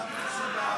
מה השתנה מ-1994?